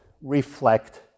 reflect